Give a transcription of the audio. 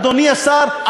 אדוני השר,